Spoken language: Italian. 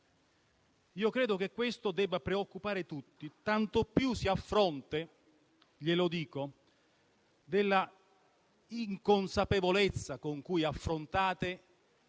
Io credo che questo debba preoccupare tutti, tanto più a fronte - glielo dico - della inconsapevolezza con cui affrontate